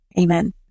Amen